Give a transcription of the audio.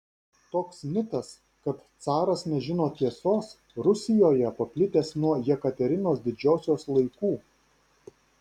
toks mitas kad caras nežino tiesos rusijoje paplitęs nuo jekaterinos didžiosios laikų